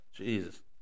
Jesus